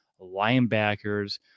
linebackers